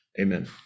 Amen